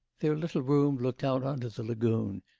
their little room looked out on to the lagoon,